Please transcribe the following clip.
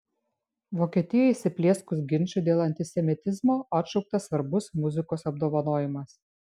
vokietijoje įsiplieskus ginčui dėl antisemitizmo atšauktas svarbus muzikos apdovanojimas